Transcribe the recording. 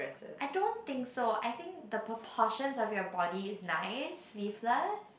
I don't think so I think the proportions of your body is nice sleeveless